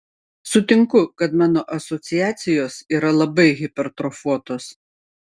sutinku kad mano asociacijos yra labai hipertrofuotos